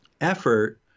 effort